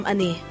Ani